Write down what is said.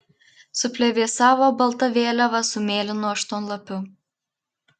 suplevėsavo balta vėliava su mėlynu aštuonlapiu